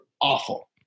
awful